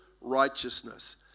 righteousness